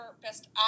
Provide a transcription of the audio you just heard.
Best